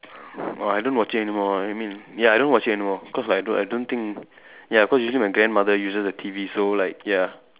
!wah! I don't watch it anymore I mean ya I don't watch it anymore cause like I don't I don't think ya cause usually my grandmother uses the T_V so like ya